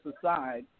aside